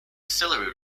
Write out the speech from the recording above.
celery